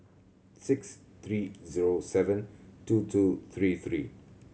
six three zero seven two two three three